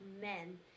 men